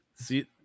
See